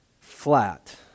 flat